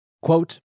Quote